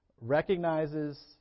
recognizes